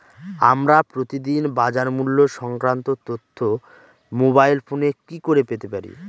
আমরা প্রতিদিন বাজার মূল্য সংক্রান্ত তথ্য মোবাইল ফোনে কি করে পেতে পারি?